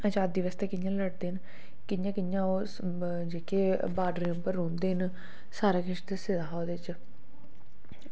आज़ादी आस्तै कियां लड़दे न ते तुंदे कियां जेह्के बॉर्डर पर रौहंदे न सारा किश दस्से दा हा ओह्दे च